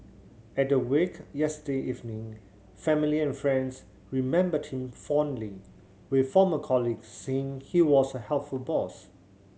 at the wake yesterday evening family and friends remembered him fondly with former colleagues saying he was a helpful boss